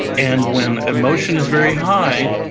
and when emotion is very high,